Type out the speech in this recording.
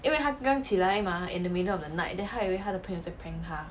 因为他刚起来 mah in the middle of the night then 他以为他的朋友在 prank 他